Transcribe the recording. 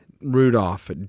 Rudolph